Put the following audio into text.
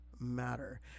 matter